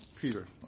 Peter